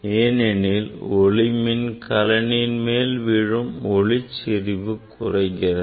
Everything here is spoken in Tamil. ஏனெனில் ஒளிமின் கலனின் மேல் விழும் ஒளிச்செறிவு குறைகிறது